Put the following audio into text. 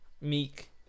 meek